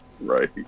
right